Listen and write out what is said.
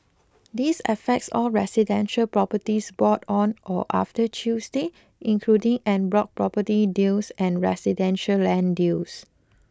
this affects all residential properties bought on or after Tuesday including en bloc property deals and residential land deals